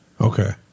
Okay